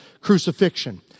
crucifixion